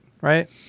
Right